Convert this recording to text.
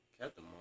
Captain